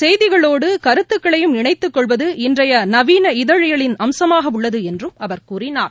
செய்திகளோடு கருத்துக்களையும் இணைத்துக்கொள்வது இன்றைய நவீன இதழியலின் அம்சமாக உள்ளது என்றும் அவர் கூறினார்